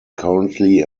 currently